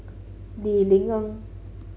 Lee Ling Yen